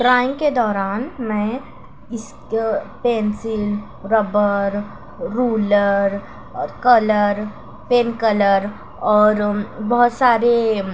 drawing کے دوران میں اس pencil rubber ruler colour pen colour اور بہت سارے